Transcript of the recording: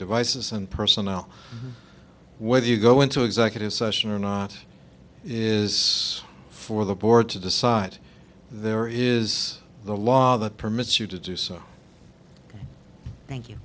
devices and personnel whether you go into executive session or not is for the board to decide there is the law that permits you to do so thank you